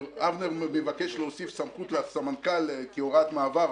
ואבנר מבקש להוסיף סמכות לסמנכ"ל כהוראת מעבר.